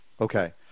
Okay